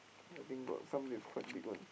I think got some leagues quite big one